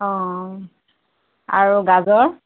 অঁ আৰু গাজৰ